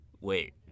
Wait